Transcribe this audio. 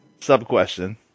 Sub-question